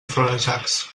florejacs